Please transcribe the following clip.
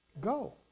Go